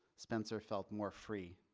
spencer felt more free